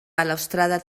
balustrada